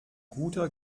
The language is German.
guter